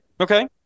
Okay